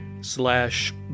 slash